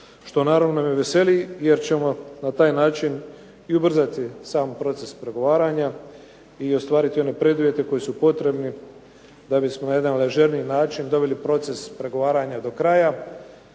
što naravno me veseli jer ćemo na taj način i ubrzati sam proces pregovaranja i ostvariti one preduvjete koji su potrebni da bismo na jedan ležerniji način doveli proces pregovaranja do kraja.